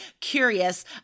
curious